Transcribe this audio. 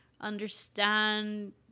understand